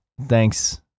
Thanks